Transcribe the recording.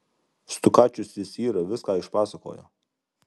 stukačius jis yra viską išpasakojo